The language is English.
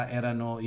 erano